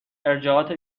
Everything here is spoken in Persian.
ارجاعات